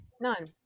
None